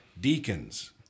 deacons